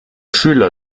fühler